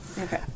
Okay